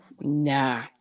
Nah